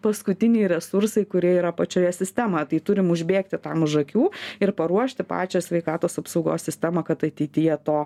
paskutiniai resursai kurie yra pačioje sistemoje tai turim užbėgti tam už akių ir paruošti pačią sveikatos apsaugos sistemą kad ateityje to